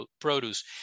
produce